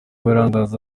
birambabaza